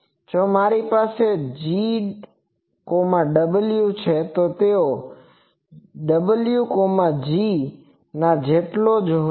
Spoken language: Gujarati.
જો મારી પાસે 〈gw〉 છે તો તે 〈wg〉ના જેટલો જ છે